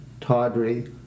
tawdry